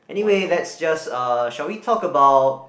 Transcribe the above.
anyway let's just uh shall we talk about